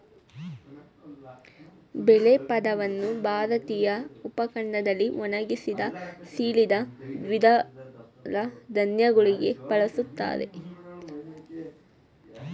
ಬೇಳೆ ಪದವನ್ನು ಭಾರತೀಯ ಉಪಖಂಡದಲ್ಲಿ ಒಣಗಿಸಿದ, ಸೀಳಿದ ದ್ವಿದಳ ಧಾನ್ಯಗಳಿಗೆ ಬಳಸ್ತಾರ